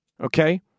okay